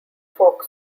folk